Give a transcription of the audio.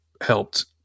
helped